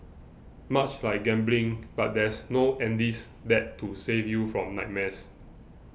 much like gambling but there's no Andy's Dad to save you from nightmares